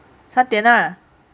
三点啦